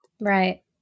right